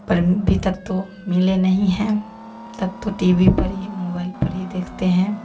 पर अभी तक तो मिले नहीं है तब तो टीवी पर ही मोबाइल पर ही देखते हैं